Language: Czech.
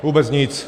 Vůbec nic!.